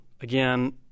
Again